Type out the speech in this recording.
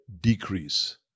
decrease